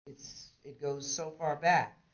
it goes so far back,